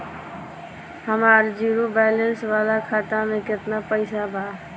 हमार zero balance वाला खाता में केतना पईसा बा?